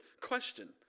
question